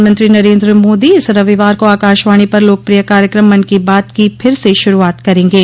प्रधानमंत्री नरेन्द्र मोदी इस रविवार को आकाशवाणी पर लोकप्रिय कार्यक्रम मन की बात की फिर से शुरूआत करेंगे